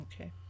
Okay